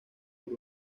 por